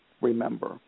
remember